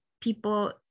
people